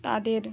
তাদের